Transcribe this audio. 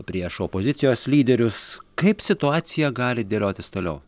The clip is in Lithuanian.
prieš opozicijos lyderius kaip situacija gali dėliotis toliau